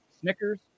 Snickers